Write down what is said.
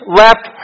left